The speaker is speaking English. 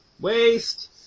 Waste